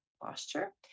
posture